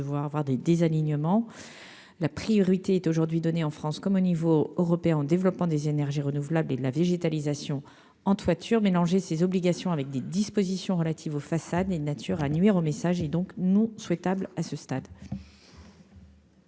devoir avoir des des alignements, la priorité est aujourd'hui donné en France comme au niveau européen en développement des énergies renouvelables et de la végétalisation en toiture mélangé ses obligations, avec des dispositions relatives aux façades et de nature à nuire au message et donc nous souhaitables, à ce stade.